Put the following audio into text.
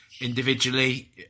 individually